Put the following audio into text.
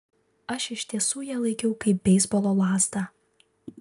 aš iš tiesų ją laikiau kaip beisbolo lazdą